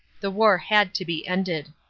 the war had to be ended.